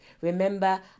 Remember